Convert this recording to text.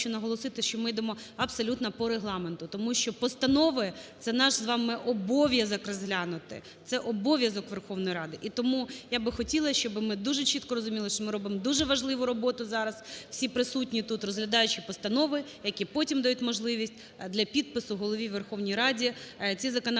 що ми йдемо абсолютно по Регламенту. Тому що постанови – це наш з вами обов'язок розглянути, це обов'язок Верховної Ради. І тому я би хотіла, щоб ми чітко розуміли, що ми робимо дуже важливу роботу зараз, всі присутні тут, розглядаючи постанови, які потім дають можливість для підпису Голові Верховної Ради ці законопроекти.